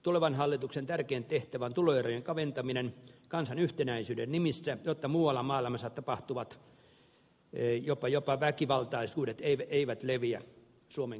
tulevan hallituksen tärkein tehtävä on tuloerojen kaventaminen kansan yhtenäisyyden nimissä jotta jopa muualla maailmassa tapahtuvat väkivaltaisuudet eivät leviä suomen kaduille